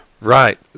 right